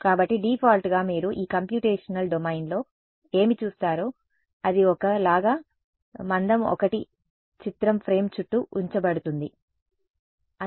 కాబట్టి డిఫాల్ట్గా మీరు ఈ కంప్యూటేషనల్ డొమైన్లో ఏమి చూస్తారో అది ఒక లాగా మందం 1 చిత్రం ఫ్రేమ్ చుట్టూ ఉంచబడుతుంది ఓకే